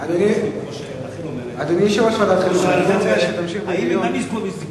כמו שרחל אומרת, האם גם הם יזכו בזיכוי?